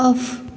off